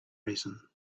reason